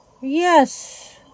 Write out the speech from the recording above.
Yes